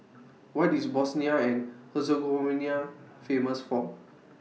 What IS Bosnia and Herzegovina Famous For